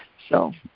so